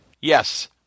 Yes